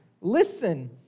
Listen